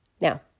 Now